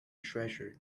treasure